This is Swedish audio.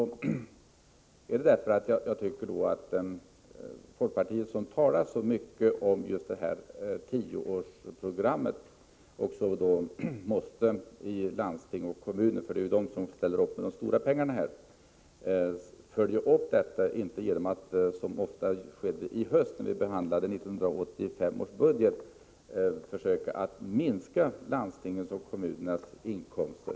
När jag vänder mig emot detta är det därför att folkpartiet, som talar så mycket om just 10-årsprogrammet, måste i fråga om landsting och kommuner — eftersom det är dessa som ställer upp med de stora pengarna — följa upp det hela. Det får inte gå till som ofta i höstas då vi behandlade 1985 års budget. Då försökte man minska landstingens och kommunernas inkomster.